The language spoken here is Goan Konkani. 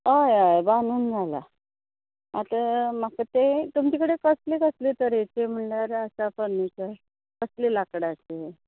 हय हय बांदन जालां आतां म्हाका तें तुमचे कडेन कसले कसले तरेचे म्हणल्यार आसा फर्निचर कसले लाकडाचें